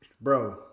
Bro